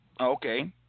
Okay